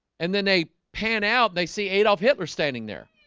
and then they pan out. they see adolf hitler standing there.